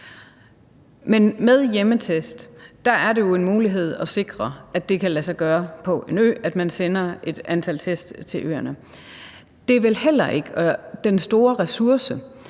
Men med hjemmetest er det jo en mulighed at sikre, at det kan lade sig gøre på en ø, altså ved at man sender et antal test til øerne. Det kræver vel heller ikke den store ressource,